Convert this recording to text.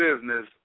business